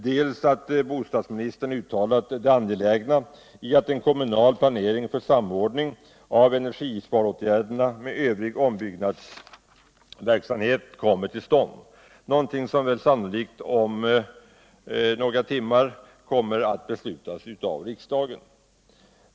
dels att bostadsministern uttalat det angelägna i att en kommunal planering för samordning av energisparåtgärderna med övrig ombyggnadsverksamhet kommer till stånd — någonting som väl sannolikt om några tummar kommer att beslutas av riksdagen.